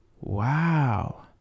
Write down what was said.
wow